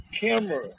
camera